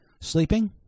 sleeping